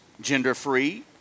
gender-free